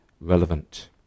relevant